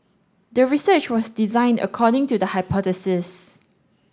the research was designed according to the hypothesis